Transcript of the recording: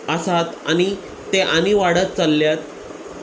आसात आनी ते आनी वाडत चल्ल्यात